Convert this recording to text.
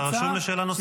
אתה רשום לשאלה נוספת.